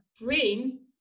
brain